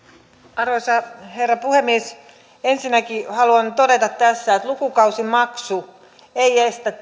arvoisa herra puhemies ensinnäkin haluan todeta tässä että lukukausimaksu ei estä